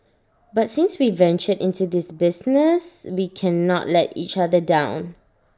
but since we ventured into this business we cannot let each other down